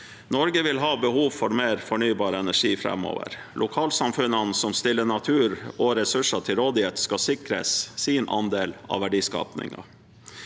Norge vil ha behov for mer fornybar energi framover. Lokalsamfunnene som stiller natur og ressurser til rådighet, skal sikres sin andel av verdiskapingen,